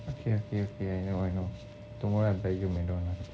okay okay okay I know I know tomorrow I buy you McDonald's